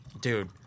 dude